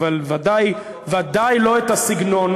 אבל ודאי לא את הסגנון.